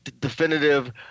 definitive